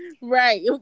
Right